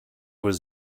was